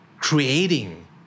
creating